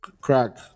Crack